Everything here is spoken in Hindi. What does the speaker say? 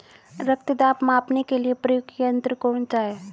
रक्त दाब मापने के लिए प्रयुक्त यंत्र कौन सा है?